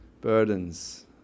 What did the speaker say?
burdens